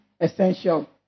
essential